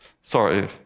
Sorry